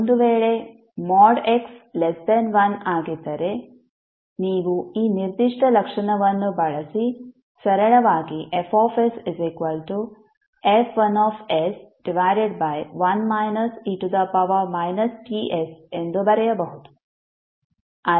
ಒಂದು ವೇಳೆ | x | 1 ಆಗಿದ್ದರೆ ನೀವು ಈ ನಿರ್ದಿಷ್ಟ ಲಕ್ಷಣವನ್ನು ಬಳಸಿ ಸರಳವಾಗಿ FsF11 e Ts ಎಂದು ಬರೆಯಬಹುದು